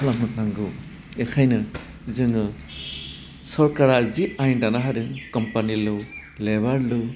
खालामनो नांगौ एखायनो जोङो सरकारा जि आयेन दाना होदों कम्पानि ल' लेबार ल'